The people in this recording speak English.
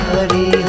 Hari